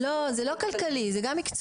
לא, זה לא כלכלי, זה גם מקצועי.